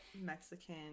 Mexican